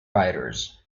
riders